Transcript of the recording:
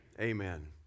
Amen